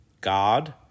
God